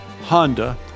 Honda